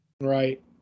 Right